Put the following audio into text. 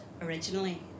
Originally